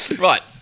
Right